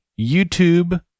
YouTube